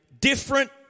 different